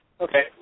Okay